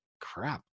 crap